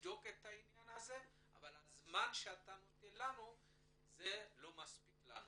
נבדוק את העניין הזה אבל הזמן שאתה נותן לא מספיק לנו.